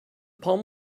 palm